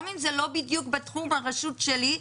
גם אם לא בדיוק מתאימה לתחום הרשות שלי,